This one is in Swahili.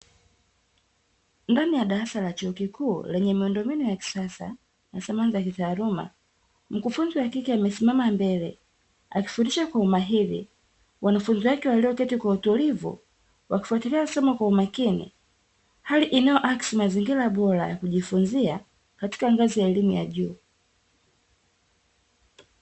Ndani ya darasa la chuo kikuu lenye miundombinu ya kisasa, na samani za kitaaluma. Mkufunzi wa kike amesimama mbele, akifundisha kwa umahiri, wanafunzi wake walioketi kwa utulivu wakifuatilia somo kwa umakini. Hali inayoakisi mazingira bora ya kujifunzia katika ngazi ya elimu ya juu.